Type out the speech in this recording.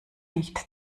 nicht